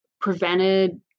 prevented